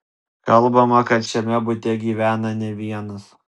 kalbama kad šiame bute gyvena ne vienas